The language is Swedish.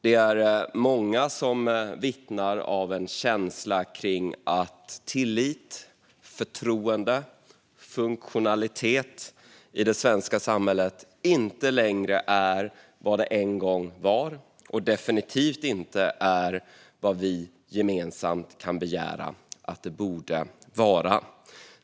Det är många som vittnar om en känsla av att tillit, förtroende och funktionalitet i det svenska samhället inte längre är vad det en gång var - och att det definitivt inte är vad vi gemensamt borde kunna begära att det ska vara.